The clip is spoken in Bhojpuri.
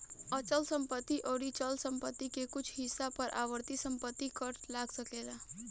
अचल संपत्ति अउर चल संपत्ति के कुछ हिस्सा पर आवर्ती संपत्ति कर लाग सकेला